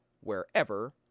wherever